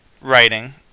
writing